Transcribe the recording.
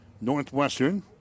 Northwestern